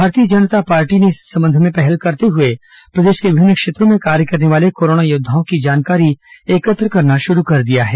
भारतीय जनता पार्टी ने इस संबंध में पहल करते हुए प्रदेश के विभिन्न क्षेत्रों में कार्य करने वाले कोरोना योद्दाओं की जानकारी एकत्र करना शुरू कर दिया है